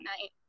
night